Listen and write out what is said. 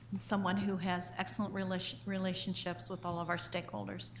someone who has excellent relationships relationships with all of our stakeholders,